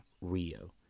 Rio